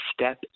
step